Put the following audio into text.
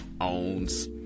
owns